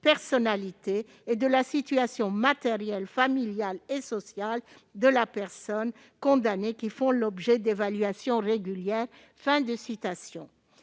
personnalité et de la situation matérielle, familiale et sociale de la personne condamnée, qui font l'objet d'évaluations régulières ».